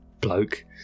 bloke